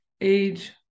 age